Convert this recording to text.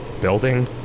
building